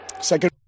Second